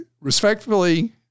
respectfully